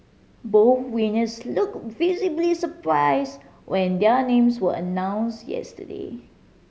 both winners looked visibly surprised when their names were announced yesterday